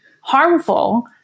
harmful